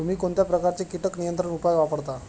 तुम्ही कोणत्या प्रकारचे कीटक नियंत्रण उपाय वापरता?